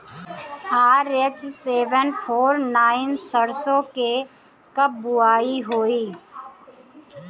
RH seven four nine सरसो के कब बुआई होई?